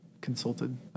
consulted